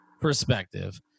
perspective